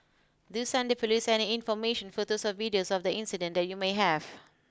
do send the Police any information photos or videos of the incident you may have